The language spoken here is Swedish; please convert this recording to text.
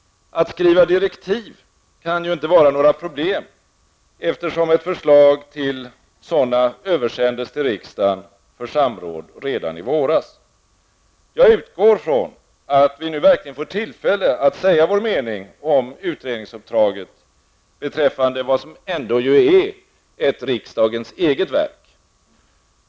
Att skriva direktiv kan ju inte vara några problem, eftersom ett förslag till sådana översändes till riksdagen för samråd redan i våras. Jag utgår ifrån att vi nu verkligen får tillfälle att säga vår mening om utredningsuppdraget beträffande vad som ändå är ett riksdagens eget verk.